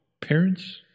Parents